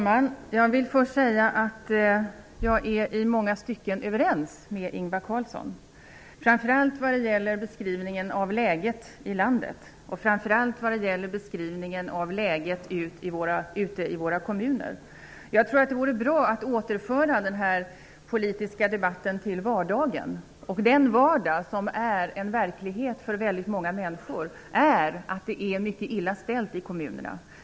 Fru talman! Jag vill först säga att jag i många stycken är överens med Ingvar Carlsson, särskilt vad gäller beskrivningen av läget i landet och framför allt vad gäller beskrivningen av läget ute i våra kommuner. Jag tror att det var bra att återföra denna politiska debatt till vardagen. Den vardag som är en verklighet för väldigt många människor är att det är mycket illa ställt i kommunerna.